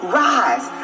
rise